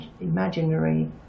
imaginary